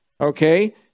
okay